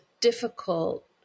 difficult